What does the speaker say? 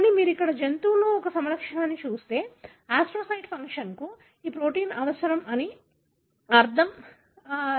కానీ మీరు ఈ జంతువులో ఒక సమలక్షణాన్ని చూస్తుంటే ఆస్ట్రోసైట్ ఫంక్షన్కు ఈ ప్రోటీన్ అవసరం అని అర్థం లేదా మీరు దానిని కాలేయం కోసం మోడల్ చేయాలనుకుంటే మీరు దానిని కండరాల కోసం మోడల్ చేయవచ్చు